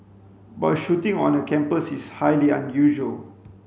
but a shooting on a campus is highly unusual